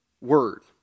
word